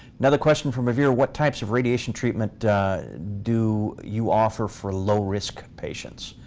another question from a viewer, what types of radiation treatment do you offer for low risk patients?